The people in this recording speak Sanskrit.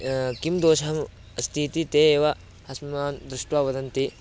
किं दोषम् अस्ति इति ते एव अस्मान् दृष्ट्वा वदन्ति